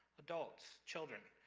adults? children?